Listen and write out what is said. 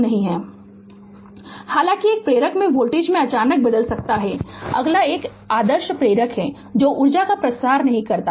Refer Slide Time 1559 हालाँकि एक प्रेरक में वोल्टेज में अचानक बदल सकता है अगला 1 एक आदर्श प्रेरक है जो ऊर्जा का प्रसार नहीं करता है